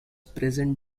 present